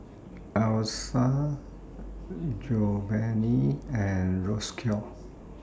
Essa Giovani and Roscoe